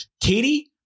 Katie